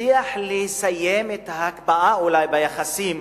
הצליח לסיים את ההקפאה אולי ביחסים